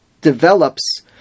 develops